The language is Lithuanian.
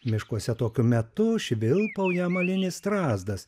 miškuose tokiu metu švilpauja amalinis strazdas